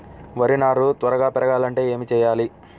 వరి నారు త్వరగా పెరగాలంటే ఏమి చెయ్యాలి?